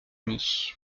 unis